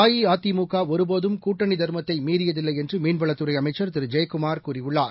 அஇஅதிமுக ஒருபோதும் கூட்டணி தர்மத்தை மீறியதில்லை என்று மீன்வளத்துறை அமைச்சர் திரு ஜெயக்குமார் கூறியுள்ளார்